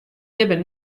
libben